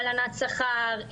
הלנת שכר,